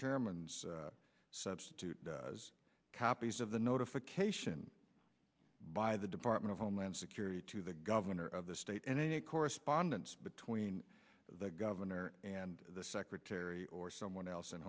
chairman's substitute as copies of the notification by the department of homeland security to the governor of the state and any correspondence between the governor and the secretary or someone else in